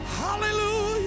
Hallelujah